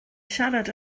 siarad